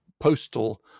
postal